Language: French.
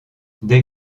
des